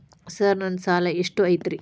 Sir ನನ್ನ ಸಾಲಾ ಎಷ್ಟು ಐತ್ರಿ?